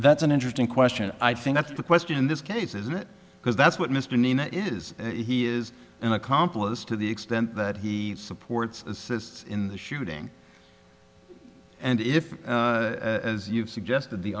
that's an interesting question i think that's the question in this case isn't it because that's what mr nina is he is an accomplice to the extent that he supports assists in the shooting and if as you've suggested the